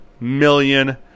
million